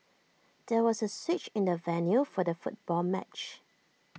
there was A switch in the venue for the football match